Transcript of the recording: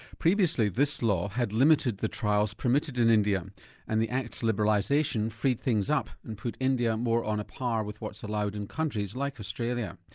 previously this law had limited the trials permitted in india and the acts liberalisation freed things up and put india more on a par with what's allowed in countries like australia.